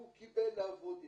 והוא קיבל לעבוד אצלי.